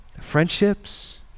Friendships